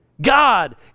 God